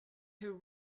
her